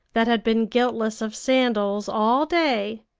that had been guiltless of sandals all day,